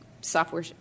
software